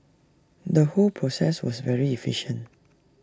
the whole process was very efficient